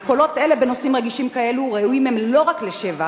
על קולות אלה בנושאים רגישים כאלה ראויים הם לא רק לשבח,